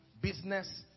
business